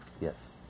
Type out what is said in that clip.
Yes